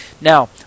Now